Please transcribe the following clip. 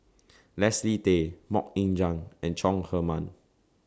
Leslie Tay Mok Ying Jang and Chong Herman